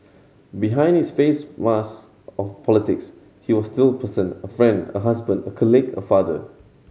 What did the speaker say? behind his face mask of politics he was still a person a friend a husband a colleague a father